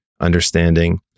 understanding